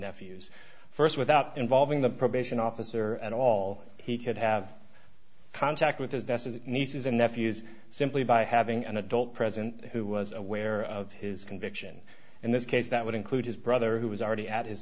nephews first without involving the probation officer at all he could have contact with his desk as nieces and nephews simply by having an adult present who was aware of his conviction in this case that would include his brother who was already at his